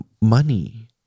money